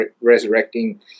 resurrecting